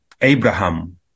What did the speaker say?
abraham